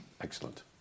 Excellent